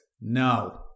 No